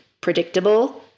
predictable